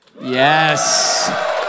Yes